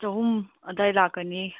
ꯆꯍꯨꯝ ꯑꯗꯨꯋꯥꯏ ꯂꯥꯛꯀꯅꯤ